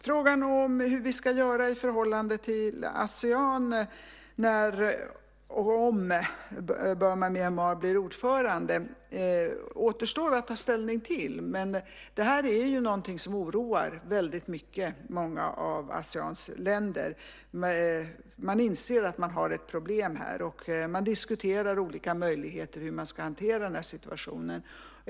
Frågan om hur vi ska göra i förhållande till Asean om Burma/Myanmar blir ordförande återstår att ta ställning till. Men det här är någonting som väldigt mycket oroar Aseans länder. Man inser att man har ett problem här, och man diskuterar olika möjligheter att hantera situationen.